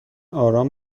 آرام